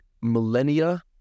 millennia